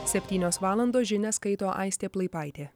septynios valandos žinias skaito aistė plaipaitė